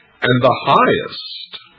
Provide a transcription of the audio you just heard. and the highest,